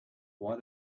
why